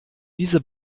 diese